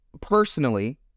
personally